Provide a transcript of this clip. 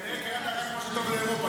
כנראה קראת את "רק מה שטוב לאירופה",